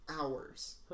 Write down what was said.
hours